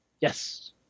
Yes